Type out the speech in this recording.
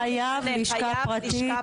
חייב לשכה פרטית,